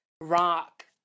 rock